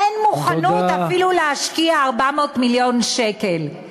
אין מוכנות אפילו להשקיע 400 מיליון שקל.